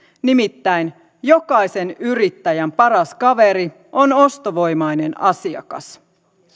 nimittäin jokaisen yrittäjän paras kaveri on ostovoimainen asiakas